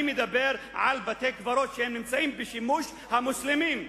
אני מדבר על בתי-קברות שנמצאים בשימוש המוסלמים,